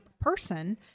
person